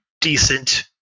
decent